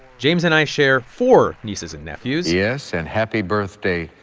james and i share four nieces and nephews yes, and happy birthday,